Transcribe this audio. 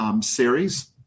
series